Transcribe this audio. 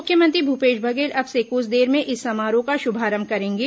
मुख्यमंत्री भूपेश बघेल अब से कुछ देर में इस समारोह का शुभारंभ करेंगे